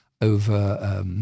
over